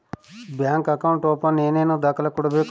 Bank account open ಏನೇನು ದಾಖಲೆ ಕೊಡಬೇಕು?